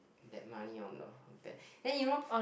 that money on then you know